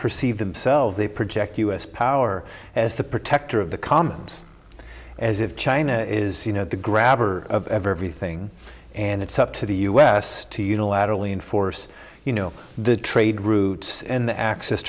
perceive themselves they project u s power as the protector of the commons as if china is you know the grabber of everything and it's up to the u s to unilaterally enforce you know the trade routes and the access